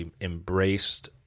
embraced